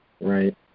right